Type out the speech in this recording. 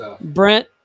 Brent